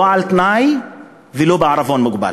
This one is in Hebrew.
לא על תנאי ולא בעירבון מוגבל.